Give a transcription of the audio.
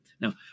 Now